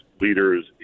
leaders